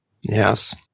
Yes